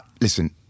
listen